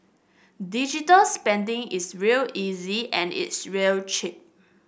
digital spending is real easy and it's real cheap